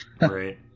Right